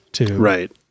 Right